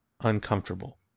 uncomfortable